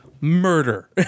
murder